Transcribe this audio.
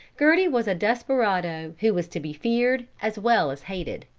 gerty was a desperado who was to be feared as well as hated.